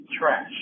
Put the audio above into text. trash